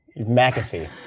McAfee